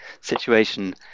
situation